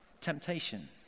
temptation